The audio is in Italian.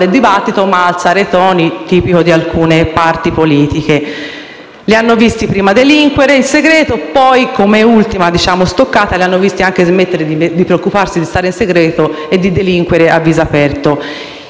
del dibattito ma alzare i toni (tipico di alcune parti politiche); li hanno visti prima delinquere in segreto e poi, come ultima stoccata, li hanno visti anche smettere di preoccuparsi di tenerlo segreto e delinquere a viso aperto.